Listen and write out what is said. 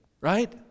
Right